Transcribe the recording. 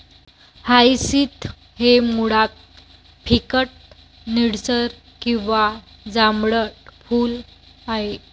hyacinth हे मुळात फिकट निळसर किंवा जांभळट फूल आहे